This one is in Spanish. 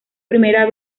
primera